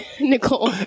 Nicole